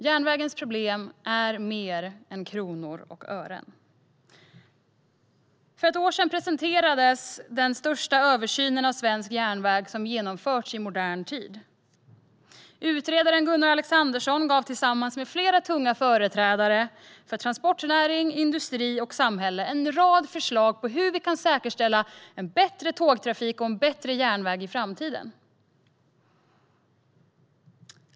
Järnvägens problem är mer än kronor och ören. För ett år sedan presenterades den största översyn av svensk järnväg som genomförts i modern tid. Utredaren Gunnar Alexandersson gav tillsammans med flera tunga företrädare för transportnäring, industri och samhälle en rad förslag till hur vi kan säkerställa en bättre tågtrafik och en bättre järnväg i framtiden.